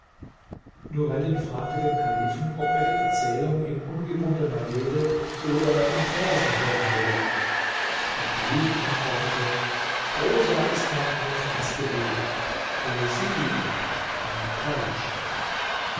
nureddin fragte den kalifen ob er die erzählung in ungebundener rede oder in versen hören wolle der kalif antwortete prosa ist nur einfaches gerede poesie aber eine